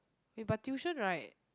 eh but tuition right